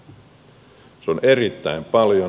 se on erittäin paljon